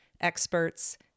experts